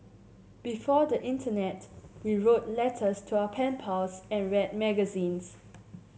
before the internet we wrote letters to our pen pals and read magazines